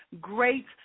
great